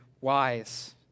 wise